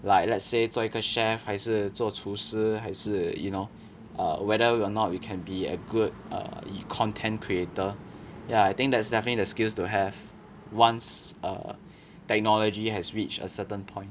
like let's say 做一个 chef 还是做厨师还是 you know err whether or not you can be a good err content creator ya I think that is definitely the skills to have once err technology has reached a certain point